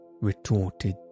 retorted